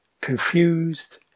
confused